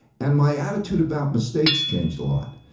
and my attitude about mistakes changed a lot.